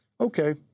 okay